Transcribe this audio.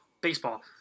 baseball